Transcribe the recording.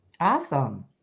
Awesome